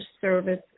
service